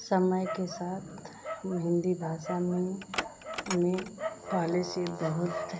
समय के साथ हम हिन्दी भाषा में में पहले से बहुत